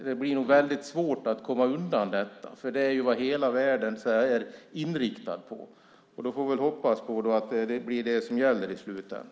Det blir nog väldigt svårt att komma undan detta, för det är vad hela världen är inriktad på. Vi får då hoppas på att det blir det som gäller i slutändan.